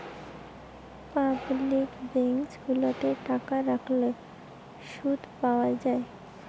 public bank গুলাতে টাকা রাখলে শুধ পাওয়া যায়